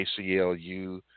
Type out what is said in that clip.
ACLU